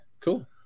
cool